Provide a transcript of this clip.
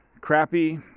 crappy